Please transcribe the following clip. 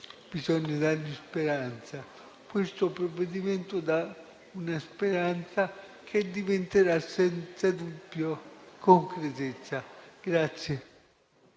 Bisogna dar loro speranza e questo provvedimento dà una speranza che diventerà senza dubbio concretezza.